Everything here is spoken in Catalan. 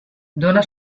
dóna